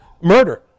murder